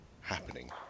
happening